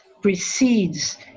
precedes